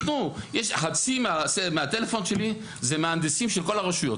חצי מהטלפון שלי זה מהנדסים של כל הרשויות.